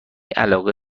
علاقه